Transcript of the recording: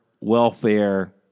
welfare